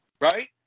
right